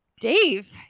dave